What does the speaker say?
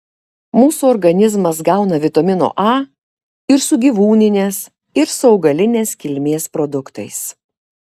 mūsų organizmas gauna vitamino a ir su gyvūninės ir su augalinės kilmės produktais